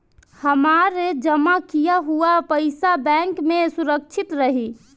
हमार जमा किया हुआ पईसा बैंक में सुरक्षित रहीं?